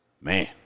Man